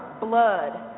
blood